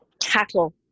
cattle